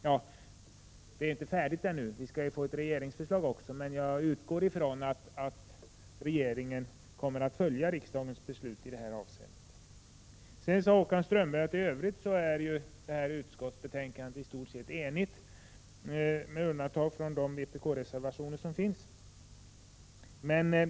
Visserligen är arbetet inte färdigt — vi skall ju få ett regeringsförslag — men jag utgår från att regeringen kommer att följa riksdagens beslut i detta avseende. Håkan Strömberg påpekade att utskottsbetänkandet i övrigt i stort sett är enigt med undantag från vpk-reservationerna.